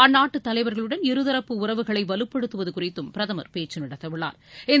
அந்நாட்டு தலைவர்களுடன் இருதரப்பு உறவுகளை வலுப்படுத்துவது குறித்தும் பிரதமர் பேச்சு நடத்த உள்ளா்